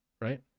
Right